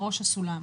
בראש הסולם.